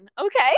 Okay